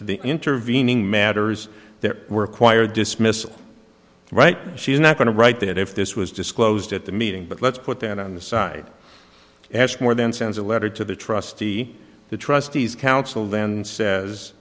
to the intervening matters there were acquired dismissals right she's not going to write that if this was disclosed at the meeting but let's put that on the side ashmore then sends a letter to the trustee the trustees counsel then says